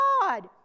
God